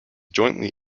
jointly